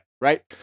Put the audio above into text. right